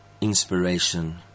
inspiration